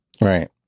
right